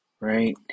right